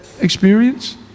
experience